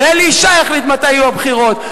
ואלי ישי יחליט מתי יהיו הבחירות,